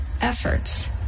efforts